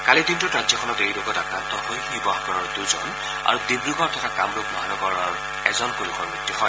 কালিৰ দিনটোত ৰাজ্যখনত এই ৰোগত আক্ৰান্ত হৈ শিৱসাগৰৰ দুজন আৰু ডিব্ৰগড় তথা কামৰূপ মহানগৰৰ এজনকৈ লোকৰ মৃত্যু হয়